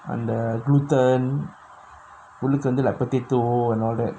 அந்த:antha gluten உள்ளுக்கு வந்து:ullukku vanthu like potato and all that so it